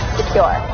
secure